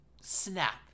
snap